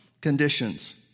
conditions